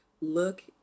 look